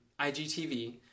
IGTV